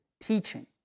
teaching